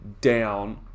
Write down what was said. down